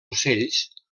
ocells